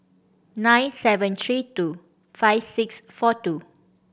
nine seven three two five six four two